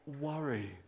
worry